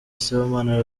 sibomana